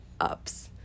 ups